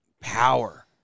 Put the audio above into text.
power